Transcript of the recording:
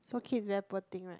poor kids very poor thing right